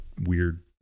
weird